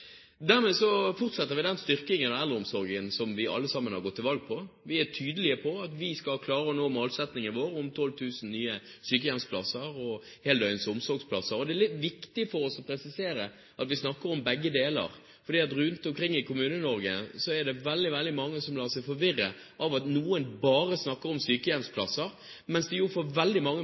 Dermed fortsetter vi den styrkingen av eldreomsorgen som vi alle sammen har gått til valg på. Vi er tydelige på at vi skal klare å nå målsettingen vår om 12 000 nye sykehjemsplasser og heldøgns omsorgsplasser. Det er litt viktig for oss å presisere at vi snakker om begge deler, for rundt omkring i Kommune-Norge er det veldig, veldig mange som lar seg forvirre av at noen bare snakker om sykehjemsplasser, mens det jo for veldig mange